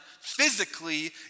physically